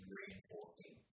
reinforcing